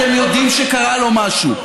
אתם יודעים שקרה לו משהו.